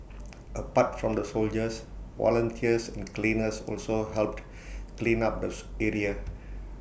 apart from the soldiers volunteers and cleaners also helped clean up the area